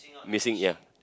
missing ya